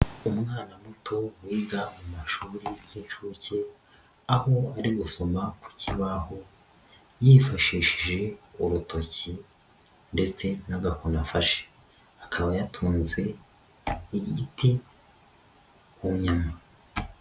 Umwana muto wiga mu mashuri y'inshuke, aho ari gusoma ku kibaho yifashishije urutoki ndetse n'agakoni fashe akaba yatunze igiti ku nyama.